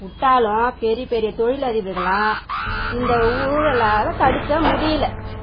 விட்டாலும் பெரிய பெரிய தொழிலதிபர்கள்லாம் இந்த ஊழலால் தடுக்க முடியல